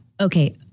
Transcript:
Okay